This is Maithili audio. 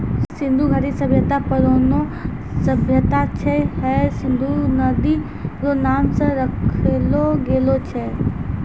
सिन्धु घाटी सभ्यता परौनो सभ्यता छै हय सिन्धु नदी रो नाम से राखलो गेलो छै